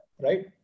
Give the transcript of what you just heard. Right